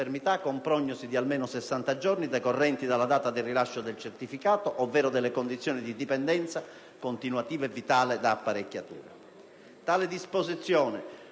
con prognosi di almeno sessanta giorni, decorrenti dalla data del rilascio del certificato, ovvero delle condizioni di dipendenza continuativa e vitale da apparecchiature. Tale disposizione